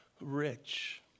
rich